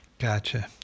Gotcha